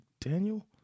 Daniel